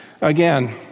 Again